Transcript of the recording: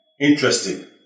Interesting